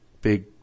big